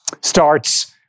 starts